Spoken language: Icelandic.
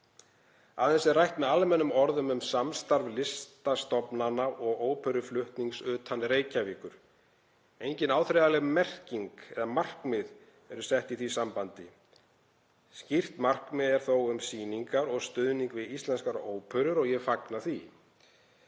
Aðeins er rætt með almennum orðum um samstarf listastofnana og óperuflutning utan Reykjavíkur. Enginn áþreifanleg merking eða markmið eru sett í því sambandi. Skýrt markmið er þó um sýningar og stuðning við íslenskar óperur og ég fagna því.